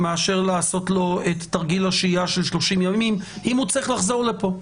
מאשר לעשות לו את תרגיל השהייה של 30 ימים אם הוא צריך לחזור לפה.